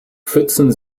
pfützen